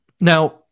Now